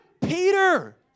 Peter